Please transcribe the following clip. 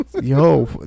Yo